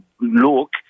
look